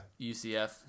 UCF